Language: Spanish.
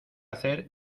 hacer